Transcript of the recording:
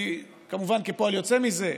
כמובן, כפועל יוצא מזה,